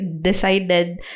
decided